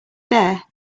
there